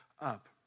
up